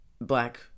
black